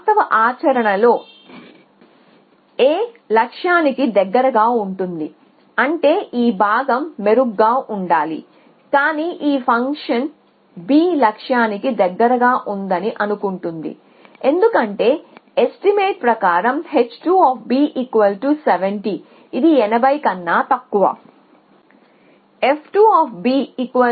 వాస్తవ ఆచరణలో A లక్ష్యానికి దగ్గరగా ఉంటుంది అంటే ఈ భాగం మెరుగ్గా ఉండాలి కానీ ఈ ఫంక్షన్ B లక్ష్యానికి దగ్గరగా ఉందని అనుకుంటుంది ఎందుకంటే ఎస్టిమేట్ ప్రకారం h270 ఇది 80 కన్నా తక్కువ